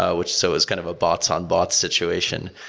ah which so is kind of a bots on bots situation.